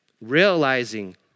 realizing